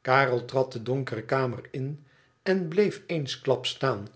karel trad de donkere kamer in en bleef eensklaps staan